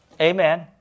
Amen